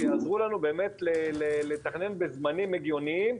שיעזרו לנו לתכנן בזמנים הגיוניים,